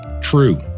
true